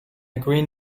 green